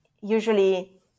usually